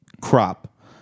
crop